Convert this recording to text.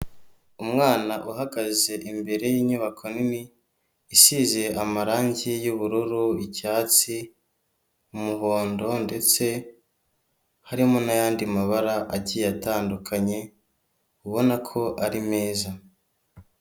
Umwana uhagaze imbere y'inyubako nini, isize amarangi y'ubururu, icyatsi, umuhondo, ndetse harimo n'ayandi mabara agiye atandukanye, ubona ko ari meza.